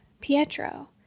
Pietro